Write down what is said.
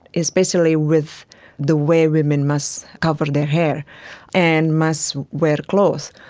especially with the way women must cover their hair and must wear clothes.